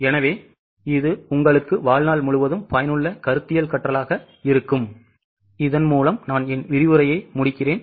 எனவே இது உங்களுக்கு வாழ்நாள் முழுவதும் பயனுள்ள கருத்தியல் கற்றலாக இருக்கும் இதன் மூலம் நான் என் விரிவுரையை முடிக்கிறேன்